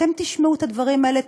כשאתם תשמעו את הדברים האלה,